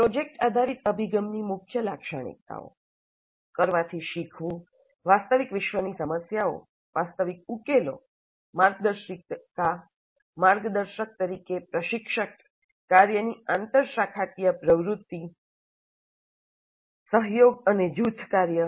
project આધારિત અભિગમની મુખ્ય લાક્ષણિકતાઓ કરવાથી શીખવું વાસ્તવિક વિશ્વની સમસ્યાઓ વાસ્તવિક ઉકેલો માર્ગદર્શિકા માર્ગદર્શક તરીકે પ્રશિક્ષક કાર્યની આંતરશાખાકીય પ્રકૃતિ સહયોગ અને જૂથ કાર્ય